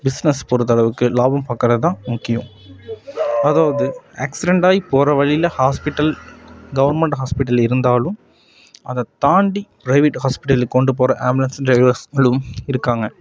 business பொறுத்தளவுக்கு லாபம் பார்க்குறதுதான் முக்கியம் அதாவது ஆக்சிரண்ட்டாகி போகிற வழியில் ஹாஸ்பிட்டல் கவுர்மண்ட் ஹாஸ்பிட்டல் இருந்தாலும் அதைத்தாண்டி பிரைவேட் ஹாஸ்பிட்லுக்கு கொண்டு போகிற ஆம்புலன்ஸ் ட்ரைவர்ஸ்களும் இருக்காங்க